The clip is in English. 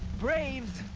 braves.